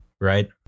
right